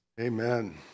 Amen